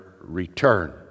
return